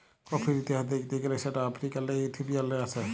কফির ইতিহাস দ্যাখতে গ্যালে সেট আফ্রিকাল্লে ইথিওপিয়াল্লে আস্যে